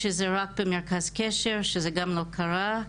שזה רק במרכז קשר שזה גם לא קרה.